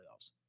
playoffs